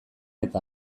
eta